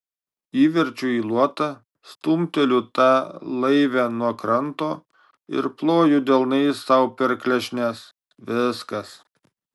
įverčiu į luotą stumteliu tą laivę nuo kranto ir ploju delnais sau per klešnes viskas